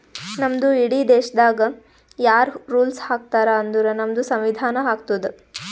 ನಮ್ದು ಇಡೀ ದೇಶಾಗ್ ಯಾರ್ ರುಲ್ಸ್ ಹಾಕತಾರ್ ಅಂದುರ್ ನಮ್ದು ಸಂವಿಧಾನ ಹಾಕ್ತುದ್